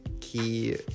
key